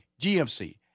GMC